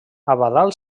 abadal